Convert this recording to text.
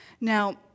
Now